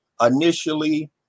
initially